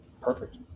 Perfect